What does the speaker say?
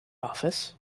office